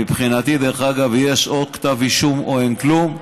מבחינתי, דרך אגב, יש או כתב אישום או אין כלום.